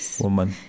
woman